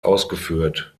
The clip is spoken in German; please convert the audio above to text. ausgeführt